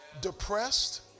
depressed